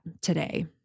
today